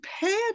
pay